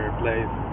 place